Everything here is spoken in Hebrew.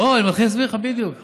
אני מתחיל להסביר לך בדיוק.